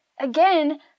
Again